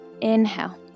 Inhale